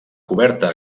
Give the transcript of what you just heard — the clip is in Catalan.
coberta